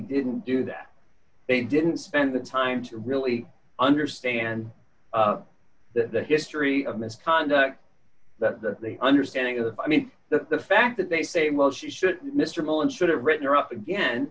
didn't do that they didn't spend the time to really understand the history of misconduct that the understanding of the i mean the fact that they say well she should mr millen should have written are up again